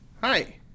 hi